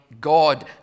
God